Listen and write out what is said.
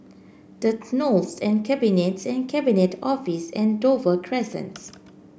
The Knolls The Cabinets and Cabinet Office and Dover Crescents